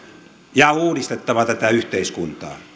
ja uudistettava tätä yhteiskuntaa